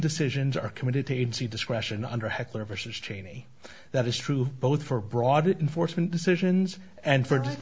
decisions are committed to agency discretion under heckler versus cheney that is true both for broughton foresman decisions and for